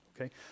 Okay